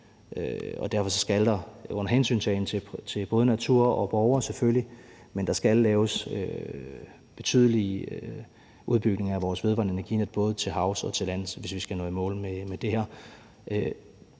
Derfor skal der selvfølgelig under hensyntagen til både natur og borgere laves betydelige udbygninger af vores vedvarende energinet både til havs og til lands, hvis vi skal nå i mål med det her.